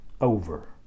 over